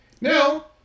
Now